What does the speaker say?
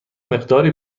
مقداری